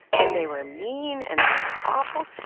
and they were mean and they were awful.